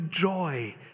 joy